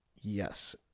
Yes